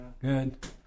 Good